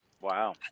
Wow